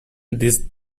this